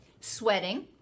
sweating